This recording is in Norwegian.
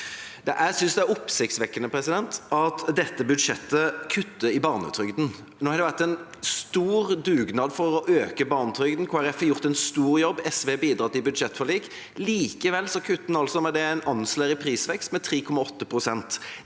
Jeg synes det er oppsiktsvekkende at dette budsjettet kutter i barnetrygden. Nå har det vært en stor dugnad for å øke barnetrygden. Kristelig Folkeparti har gjort en stor jobb. SV har bidratt til budsjettforlik. Likevel kutter en altså med det en anslår i prisvekst, med 3,8 pst.